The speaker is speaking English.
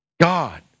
God